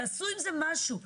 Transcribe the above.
תעשו עם זה משהו,